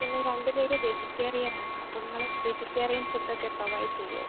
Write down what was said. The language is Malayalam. പിന്നെ രണ്ടു പേര് വെജിറ്റേറിയനാണ് അപ്പോൾ നിങ്ങൾ വെജിറ്റേറിയൻ ഫുഡൊക്കെ പ്രൊവൈഡ് ചെയ്യുമോ